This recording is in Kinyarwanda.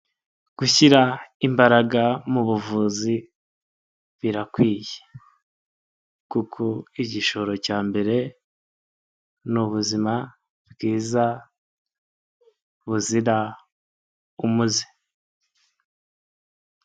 Gushyira imbaraga mu buvuzi birakwiye, kuko igishoro cya mbere ni ubuzima bwiza buzira umuze.